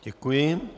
Děkuji.